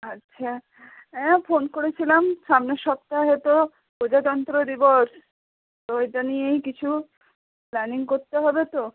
আচ্ছা হ্যাঁ ফোন করেছিলাম সামনের সপ্তাহে তো প্রজাতন্ত্র দিবস তো এইটা নিয়েই কিছু প্ল্যানিং করতে হবে তো